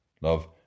Love